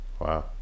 Wow